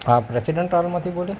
હા પ્રેસિડેન્ટ ટાઉનમાંથી બોલે